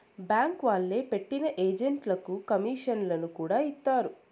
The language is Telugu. బ్యాంక్ వాళ్లే పెట్టిన ఏజెంట్లకు కమీషన్లను కూడా ఇత్తారు